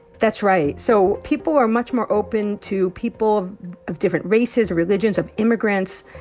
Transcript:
that's right. so people are much more open to people of different races, religions, of immigrants,